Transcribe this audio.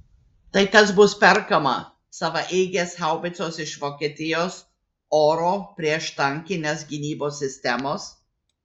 tai kas bus perkama savaeigės haubicos iš vokietijos oro prieštankinės gynybos sistemos